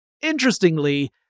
Interestingly